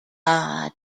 god